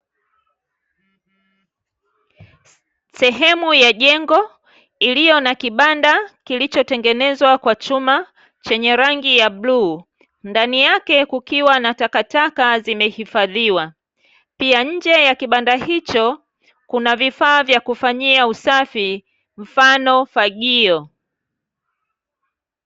Sehemu ya jengo iliyo na kibanda kilichotengenezwa kwa chuma chenye rangi ya bluu, ndani yake kukiwa na takataka zimehifadhiwa. Pia, nje ya kibanda hicho kuna vifaa vya kufanyia usafi, mfano fagio.